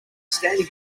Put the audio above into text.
standing